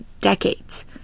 decades